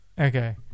Okay